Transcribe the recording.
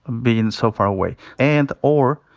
ah bein' so far away. and, or,